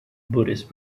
buddhist